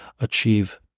achieve